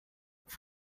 que